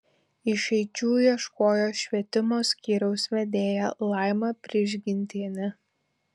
išeičių ieškojo švietimo skyriaus vedėja laima prižgintienė